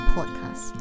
Podcast